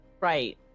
Right